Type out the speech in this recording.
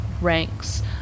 ranks